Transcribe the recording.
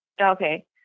Okay